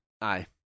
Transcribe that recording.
Aye